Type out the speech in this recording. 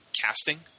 casting